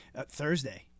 Thursday